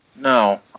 No